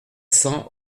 cents